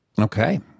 Okay